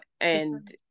and-